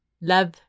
love